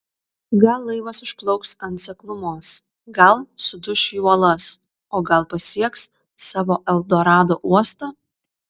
gal laivas užplauks ant seklumos gal suduš į uolas o gal pasieks savo eldorado uostą